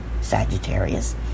Sagittarius